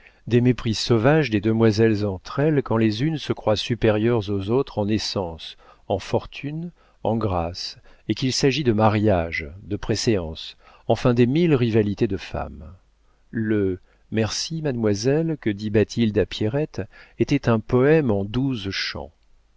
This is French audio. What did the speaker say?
des mépris sauvages des demoiselles entre elles quand les unes se croient supérieures aux autres en naissance en fortune en grâce et qu'il s'agit de mariage de préséance enfin des mille rivalités de femme le merci mademoiselle que dit bathilde à pierrette était un poème en douze